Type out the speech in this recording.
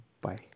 bye